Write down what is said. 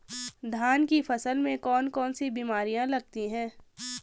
धान की फसल में कौन कौन सी बीमारियां लगती हैं?